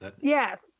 yes